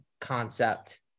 concept